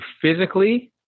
physically